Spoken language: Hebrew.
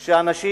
שאנשים,